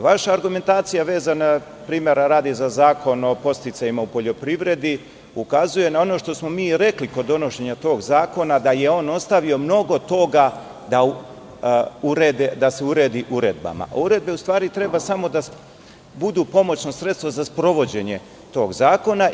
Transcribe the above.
Vaša argumentacija vezana, primera radi, za Zakon o podsticajima u poljoprivredi ukazuje na ono što smo mi rekli kod donošenja tog zakona, da je on ostavio mnogo toga da se uredi uredbama, a uredbe u stvari treba da budu samo pomoćno sredstvo za sprovođenje tog zakona.